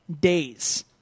days